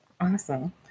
Awesome